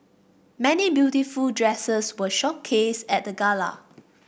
many beautiful dresses were showcased at the gala